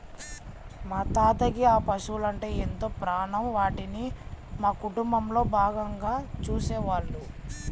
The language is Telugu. మా తాతకి ఆ పశువలంటే ఎంతో ప్రాణం, వాటిని మా కుటుంబంలో భాగంగా చూసేవాళ్ళు